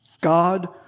God